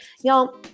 Y'all